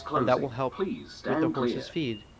and that will help with the horses' feed.